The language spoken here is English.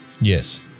Yes